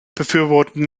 befürworten